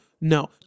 no